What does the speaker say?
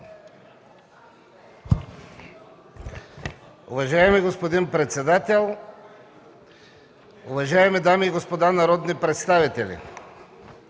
Уважаема госпожо председател, уважаеми дами и господа народни представители!